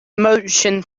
motion